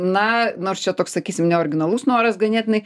na nors čia toks sakysim neoriginalus noras ganėtinai